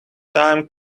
time